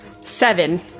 Seven